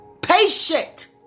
patient